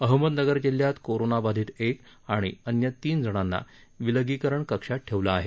अहमदनगर जिल्ह्यात कोरोना बाधित एक आणि अन्य तीन जणांना विलगीकरण कक्षात ठेवलं आहे